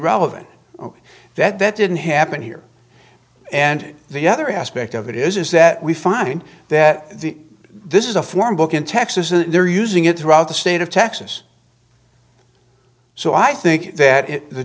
relevant that that didn't happen here and the other aspect of it is is that we find that the this is a form book in texas that they're using it throughout the state of texas so i think that